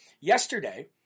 Yesterday